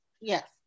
yes